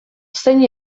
zein